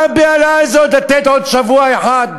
מה הבהלה הזאת לא לתת עוד שבוע אחד